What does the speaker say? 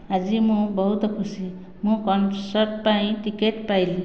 ଆଜି ମୁଁ ବହୁତ ଖୁସି ମୁଁ କନସର୍ଟ ପାଇଁ ଟିକେଟ୍ ପାଇଲି